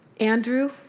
andrew?